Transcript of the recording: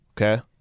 okay